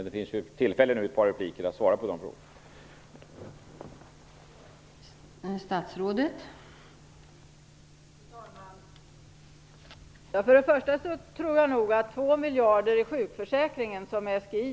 Det finns nu tillfälle i ett par repliker att svara på de frågorna.